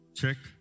check